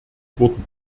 wurden